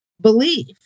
belief